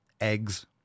eggs